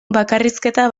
bakarrizketa